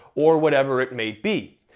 or whatever it may be.